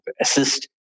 assist